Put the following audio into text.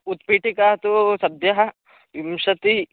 उत्पीठिका तु सद्य विंशतिः